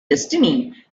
destiny